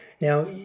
Now